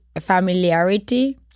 familiarity